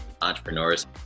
entrepreneurs